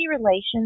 Relations